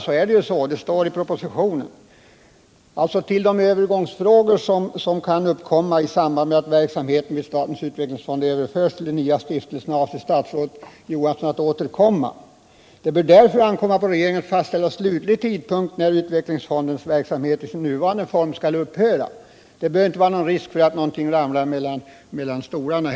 Men det står i propositionen att statsrådet Johansson avser att återkomma till de övergångsfrågor som kan uppkomma i samband med att verksamheten i statens utvecklingsfond överförs till de nya stiftelserna. Det bör därför ankomma på regeringen att fastställa slutlig tidpunkt när utvecklingsfondens verksamhet i sin nuvarande form skall upphöra. Det bör alltså inte vara någon risk för att någonting ramlar mellan stolarna!